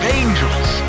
angels